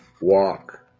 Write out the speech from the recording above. walk